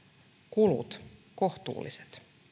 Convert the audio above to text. kulut kohtuulliset